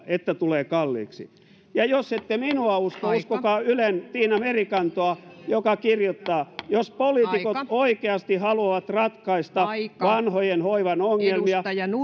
että tulee kalliiksi ja jos ette minua usko uskokaa ylen tiina merikantoa joka kirjoittaa jos poliitikot oikeasti haluavat ratkaista vanhojen hoivan ongelmia